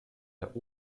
der